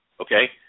Okay